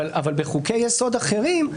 אבל בחוקי-יסוד: אחרים,